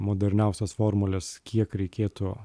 moderniausias formules kiek reikėtų